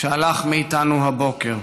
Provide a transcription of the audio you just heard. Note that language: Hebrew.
שהלך מאיתנו הבוקר.